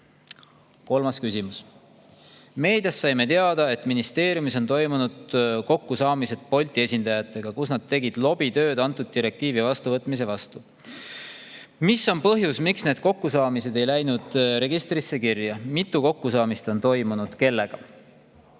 küsimus: "Meediast saime teada, et ministeeriumis on toimunud kokkusaamised Bolt'i esindajatega, kus nad tegid lobitööd antud direktiivi vastuvõtmise vastu. Mis on põhjus, miks need kokkusaamised ei läinud registrisse kirja? Mitu kokkusaamist on toimunud? Kellega?"